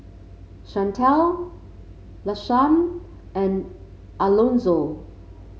Shantell Lashawn and Alonzo